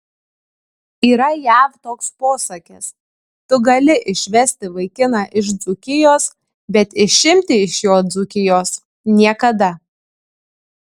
yra jav toks posakis tu gali išvesti vaikiną iš dzūkijos bet išimti iš jo dzūkijos niekada